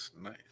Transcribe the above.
nice